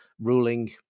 ruling